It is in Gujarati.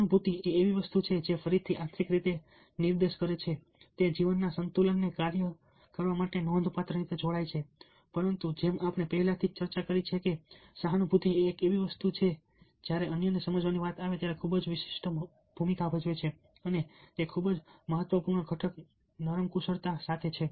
સહાનુભૂતિ એ એક એવી વસ્તુ છે જે ફરીથી આંતરિક રીતે નિર્દેશ કરે છે તે જીવનના સંતુલનને કાર્ય કરવા માટે નોંધપાત્ર રીતે જોડાય છે પરંતુ જેમ આપણે પહેલાથી જ ચર્ચા કરી છે કે સહાનુભૂતિ એ પણ એક એવી વસ્તુ છે જે જ્યારે અન્યને સમજવાની વાત આવે ત્યારે ખૂબ જ વિશિષ્ટ ભૂમિકા ભજવે છે અને તેથી તે ખૂબ જ મહત્વપૂર્ણ ઘટક નરમ કુશળતા છે